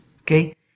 Okay